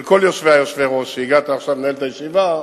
כל יושבי-הראש, הגעת עכשיו לנהל את הישיבה,